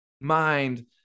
mind